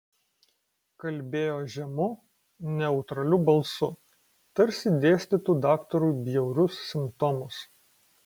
kalbėjo žemu neutraliu balsu tarsi dėstytų daktarui bjaurius simptomus